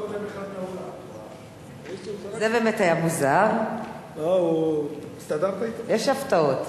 זה באמת היה מוזר, יש הפתעות.